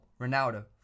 Ronaldo